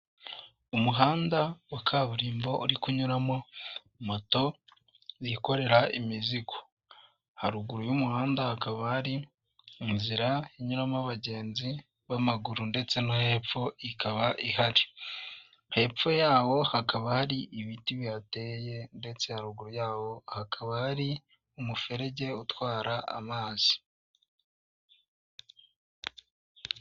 Umuhanda wa kaburimbo uri kunyuramo moto zikorera imizigo, haruguru y'umuhanda hakaba hari inzira inyuramo abagenzi b'amaguru ndetse no hepfo ikaba ihari. Hepfo yawo hakaba hari ibiti bihateye ndetse haruguru yawo hakaba hari umuferege utwara amazi.